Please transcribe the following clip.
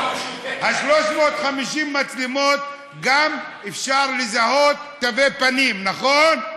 350 המצלמות גם אפשר לזהות תווי פנים, נכון?